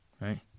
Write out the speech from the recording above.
Right